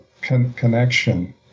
connection